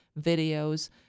videos